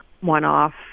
one-off